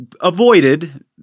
avoided